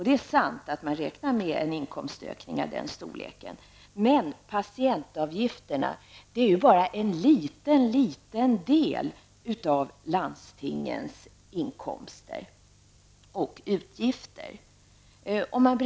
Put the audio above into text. Det är riktigt att man räknar med en inkomstökning av den storleken, men patientavgifterna är ju bara en liten del av landstingens inkomster och utgifter.